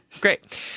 Great